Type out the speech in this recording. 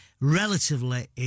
relatively